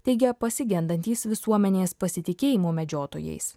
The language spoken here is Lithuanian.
teigė pasigendantys visuomenės pasitikėjimu medžiotojais